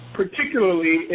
particularly